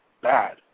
bad